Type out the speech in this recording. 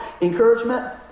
encouragement